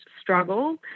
struggle